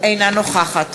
אינה נוכחת